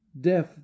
deaf